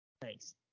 Thanks